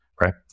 right